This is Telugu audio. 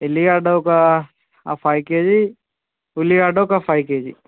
ఎల్లిగడ్డ ఒక ఫైవ్ కేజీ ఉల్లిగడ్డ ఒక ఫైవ్ కేజీ